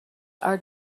are